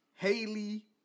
Haley